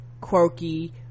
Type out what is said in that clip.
quirky